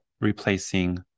replacing